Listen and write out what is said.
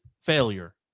failure